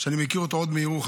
שאני מכיר אותו עוד מירוחם,